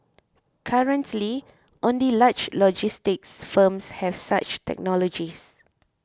currently only large logistics firms have such technologies